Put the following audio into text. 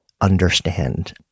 understand